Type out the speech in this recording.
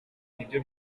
nibyo